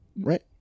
Right